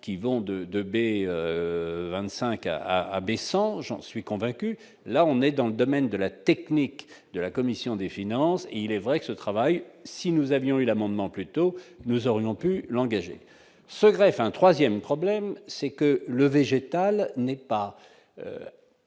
qui vont de de B 25 à abaissant j'en suis convaincu, là on est dans le domaine de la technique de la commission des finances, il est vrai que ce travail si nous avions eu l'amendement plutôt, nous aurions pu l'engager, secret, enfin 3ème problème, c'est que le végétal n'est pas